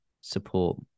support